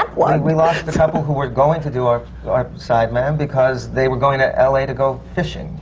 one! we lost a couple who were going to do our so our side man, because they were going to l a. to go fishing,